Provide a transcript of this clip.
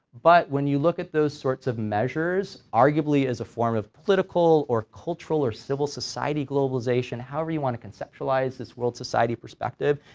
but when you look at those sorts of measures arguably as a form of political or cultural or civil society globalization however you want to conceptualize this world society perspective,